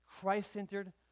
Christ-centered